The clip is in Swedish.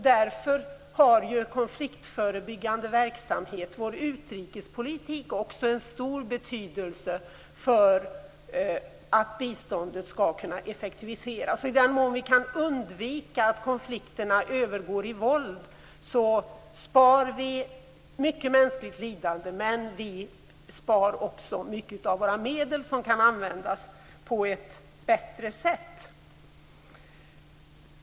Därför har en konfliktförebyggande verksamhet, vår utrikespolitik, också en stor betydelse för att biståndet skall kunna effektiviseras. I den mån vi kan undvika att konflikterna övergår i våld sparar vi mycket mänskligt lidande men vi sparar också mycket av våra medel som kan användas på ett bättre sätt.